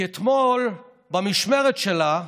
כי אתמול, במשמרת שלה,